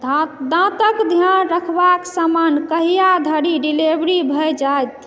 दाँत दाँतक ध्यान रखबाक सामान कहिया धरि डिलीवरी भए जायत